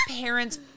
parents